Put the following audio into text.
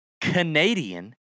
Canadian